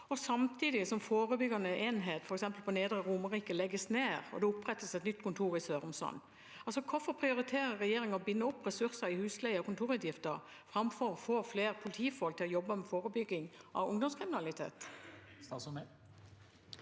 samtidig som forebyggende enhet på f.eks. Nedre Romerike legges ned og det opprettes et nytt kontor i Sørumsand. Hvorfor prioriterer regjeringen å binde opp ressurser i husleie og kontorutgifter framfor å få flere politifolk til å jobbe med forebygging av ungdomskriminalitet?